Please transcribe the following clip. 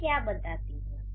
ये क्या बताती है